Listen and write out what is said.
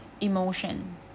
emotion